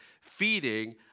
feeding